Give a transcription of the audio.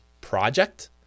project